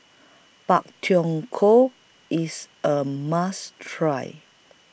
Pak Thong Ko IS A must Try